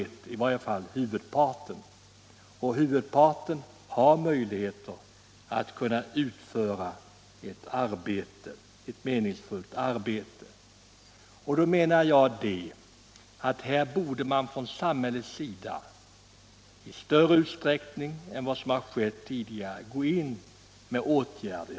Så är det i varje fall för huvudparten — och huvudparten har möjligheter att utföra ett meningsfullt arbete. Då menar jag att man från samhällets sida i större utsträckning än tidigare borde gå in med åtgärder.